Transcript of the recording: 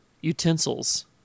utensils